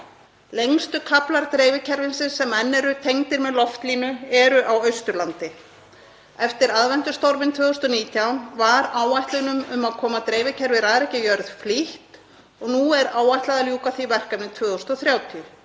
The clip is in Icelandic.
Lengstu kaflar dreifikerfisins sem enn eru tengdir með loftlínu eru á Austurlandi. Eftir aðventustorminn 2019 var áætlun um að koma dreifikerfi Rarik í jörð flýtt og nú er áætlað að ljúka því verkefni 2030.